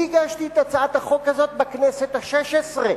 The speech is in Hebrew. אני הגשתי את הצעת החוק הזאת בכנסת השש-עשרה,